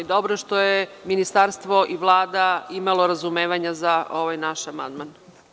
Dobro što je Ministarstvo i Vlada imalo razumevanja za ovaj naš amandman.